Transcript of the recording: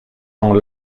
dans